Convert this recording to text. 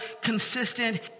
consistent